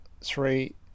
three